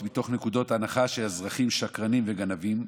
מתוך נקודת הנחה שהאזרחים שקרנים וגנבים.